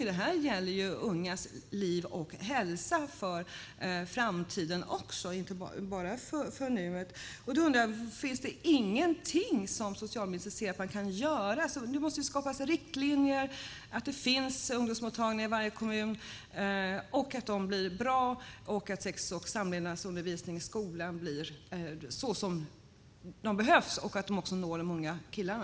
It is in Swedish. Det här gäller ungas liv och hälsa för framtiden, inte bara i nuet. Jag undrar: Finns det ingenting som socialministern ser att man kan göra? Det måste skapas riktlinjer för att det ska finnas bra ungdomsmottagningar i varje kommun och den sex och samlevnadsundervisning som behövs i skolan, för att nå också de unga killarna.